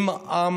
אם עם